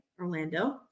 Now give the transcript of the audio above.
Orlando